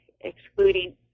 excluding